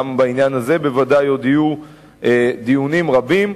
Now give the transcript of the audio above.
גם בעניין הזה ודאי עוד יהיו דיונים רבים.